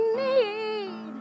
need